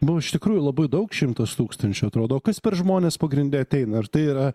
nu iš tikrųjų labai daug šimtas tūkstančių atrodo o kas per žmonės pagrinde ateina ar tai yra